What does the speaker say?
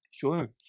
sure